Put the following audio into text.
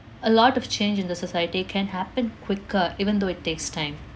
a lot of change in the society can happen quicker even though it takes time